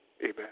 Amen